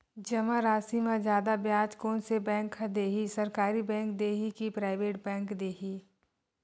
जमा राशि म जादा ब्याज कोन से बैंक ह दे ही, सरकारी बैंक दे हि कि प्राइवेट बैंक देहि?